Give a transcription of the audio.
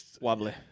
wobbly